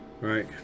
right